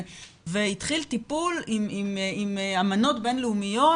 והתחיל טיפול עם אמנות בין-לאומיות